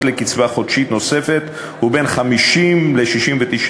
לקצבה חודשית נוספת הוא בין 50% ל-69%.